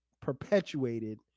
perpetuated